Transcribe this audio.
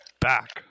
back